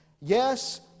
Yes